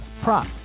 prop